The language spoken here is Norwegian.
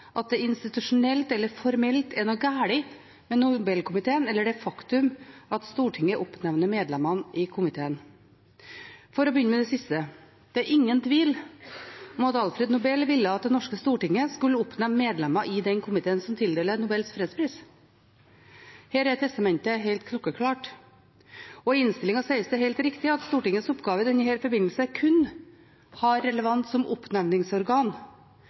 at det institusjonelt eller formelt er noe galt med Nobelkomiteen eller det faktum at Stortinget oppnevner medlemmene i komiteen. For å begynne med det siste: Det er ingen tvil om at Alfred Nobel ville at det norske storting skulle oppnevne medlemmer til den komiteen som tildeler Nobels fredspris. Her er testamentet helt klokkeklart. I innstillingen sies det helt riktig at Stortingets oppgave i denne forbindelse kun har relevans som oppnevningsorgan.